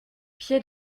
pied